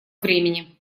времени